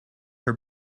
her